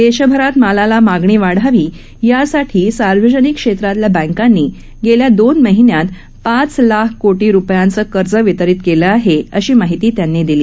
देशभरात मालाला मागणी वाढावी यासाठी सार्वजनिक क्षेत्रातल्या बँकांनी गेल्या दोन महिन्यात पाच लाख कोटी रुपयांचं कर्ज वितरित केलं आहे अशी माहिती त्यांनी दिली